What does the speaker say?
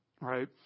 right